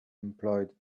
employed